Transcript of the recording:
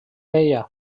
ella